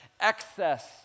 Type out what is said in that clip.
excess